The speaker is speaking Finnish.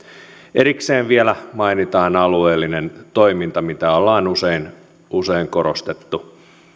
erikseen vielä mainitaan alueellinen toiminta mitä ollaan usein korostettu